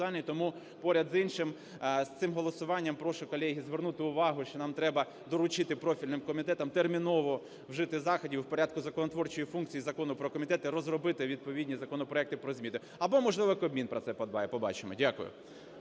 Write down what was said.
тому поряд з іншим з цим голосуванням прошу, колеги, звернути увагу, що нам треба доручити профільним комітетам терміново вжити заходів, в порядку законотворчої функції Закону про комітети розробити відповідні законопроекти про зміни, або, можливо, Кабмін про це подбає, побачимо. Дякую.